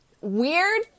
weird